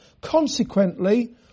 Consequently